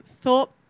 thought